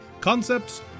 concepts